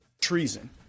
treason